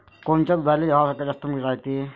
कोनच्या दुधाले भाव सगळ्यात जास्त रायते?